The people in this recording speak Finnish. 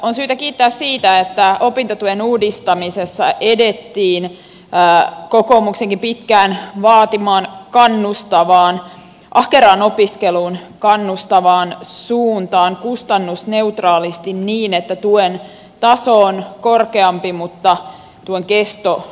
on syytä kiittää siitä että opintotuen uudistamisessa edettiin kokoomuksenkin pitkään vaatimaan ahkeraan opiskeluun kannustavaan suuntaan kustannusneutraalisti niin että tuen taso on korkeampi mutta tuen kesto lyhyempi